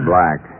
Black